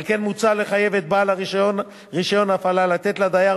על כן מוצע לחייב את בעל רשיון ההפעלה לתת לדייר